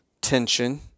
tension